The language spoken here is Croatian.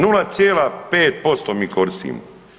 0,5% mi koristimo.